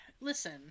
Listen